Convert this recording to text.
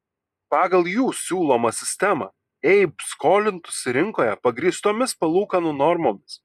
pagal jų siūlomą sistemą eib skolintųsi rinkoje pagrįstomis palūkanų normomis